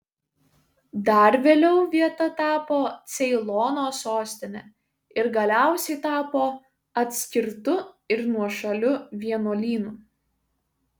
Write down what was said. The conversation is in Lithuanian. dar vėliau vieta tapo ceilono sostine ir galiausiai tapo atskirtu ir nuošaliu vienuolynu